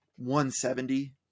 170